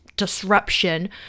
disruption